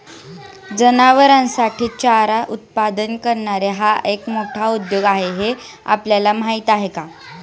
जनावरांसाठी चारा उत्पादन करणे हा एक मोठा उद्योग आहे हे आपल्याला माहीत आहे का?